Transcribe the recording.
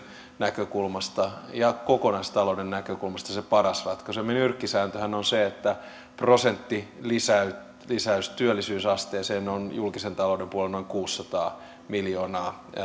näkökulmasta ja kokonaistalouden näkökulmasta se paras ratkaisu nyrkkisääntöhän on se että prosentin lisäys lisäys työllisyysasteeseen on julkisen talouden puolella noin kuusisataa miljoonaa